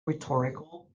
rhetorical